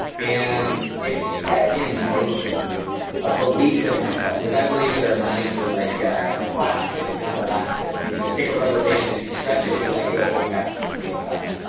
and it set in motion a belief in myself because i believed that our minds are like ah plastic, not elastic, meaning you take a rubber band, if you stretch it and you let go, it goes back to the same size.